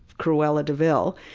cruella de vil.